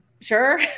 sure